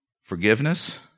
forgiveness